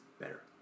better